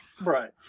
Right